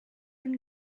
and